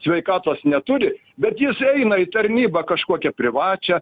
sveikatos neturi bet jis eina į tarnybą kažkokią privačią